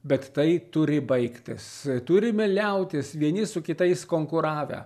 bet tai turi baigtis turime liautis vieni su kitais konkuravę